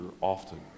often